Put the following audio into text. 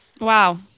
wow